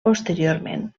posteriorment